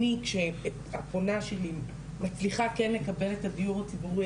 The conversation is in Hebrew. אני כשהפונה שלי מצליחה כן לקבל את הדיור הציבורי,